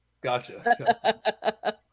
Gotcha